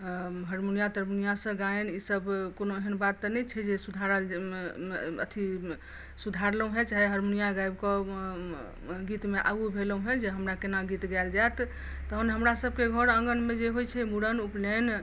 हरमुनिया तरमुनिया सबसँ गायन ई सब कोनो एहन बाततँ नहि छै जे सुधारल मे अथी सुधारलहुॅं हेँ जे चाहे हरमुनिया गाबिके गीतमे आगू भेलहुॅं हेँ जे हमरा कोना गीत गायल जायत आ हमरा सबके घर आँङ्गनमे जे होइ छै जे मुड़न उपनयन